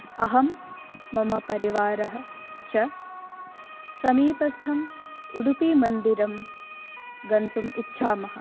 अहं मम परिवारः च समीपस्थं उडुपी मन्दिरं गन्तुम् इच्छामः